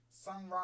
Sunrise